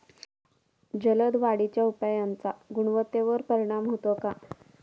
जलद वाढीच्या उपायाचा गुणवत्तेवर परिणाम होतो का?